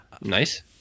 nice